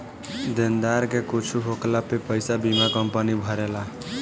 देनदार के कुछु होखला पे पईसा बीमा कंपनी भरेला